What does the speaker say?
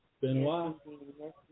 Benoit